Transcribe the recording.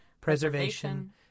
preservation